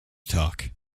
talk